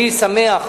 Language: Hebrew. אני שמח